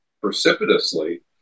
precipitously